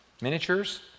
miniatures